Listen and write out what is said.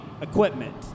Equipment